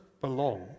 belong